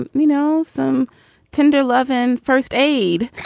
and you know, some tender love in first aid